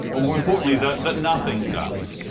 or more importantly, that that nothing does.